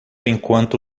enquanto